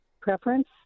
preference